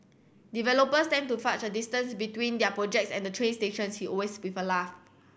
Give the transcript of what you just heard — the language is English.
developers tend to fudge a distance between their projects and the train stations he always with a laugh